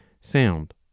sound